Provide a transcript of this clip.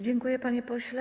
Dziękuję, panie pośle.